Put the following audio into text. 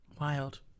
wild